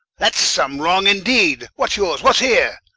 that's some wrong indeede. what's yours? what's heere?